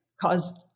caused